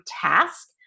task